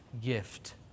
gift